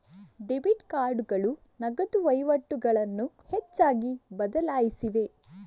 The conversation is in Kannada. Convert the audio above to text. ಡೆಬಿಟ್ ಕಾರ್ಡುಗಳು ನಗದು ವಹಿವಾಟುಗಳನ್ನು ಹೆಚ್ಚಾಗಿ ಬದಲಾಯಿಸಿವೆ